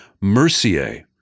Mercier